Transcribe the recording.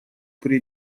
при